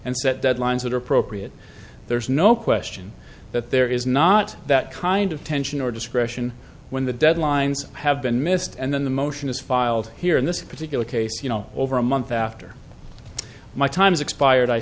and set deadlines that are appropriate there's no question that there is not that kind of tension or discretion when the deadlines have been missed and then the motion is filed here in this particular case you know over a month after my time's expired i